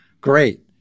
great